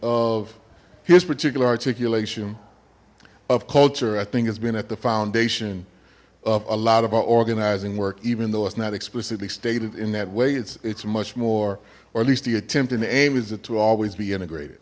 of his particular articulation of culture i think has been at the foundation of a lot of our organizing work even though it's not explicitly stated in that way it's it's much more or at least the attempt and aim is that to always be integrated